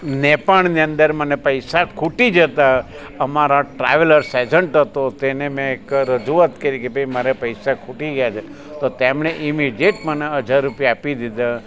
નેપાળની અંદર મને પૈસા ખૂટી જતાં અમારા ટ્રાવેલર્સ એજન્ટ હતો તેને મેં એક રજૂઆત કરી કે ભાઈ મારે પૈસા ખૂટી ગયા છે તો તેમણે ઇમિડિએટ મને હજાર રૂપિયા આપી દીધા